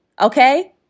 Okay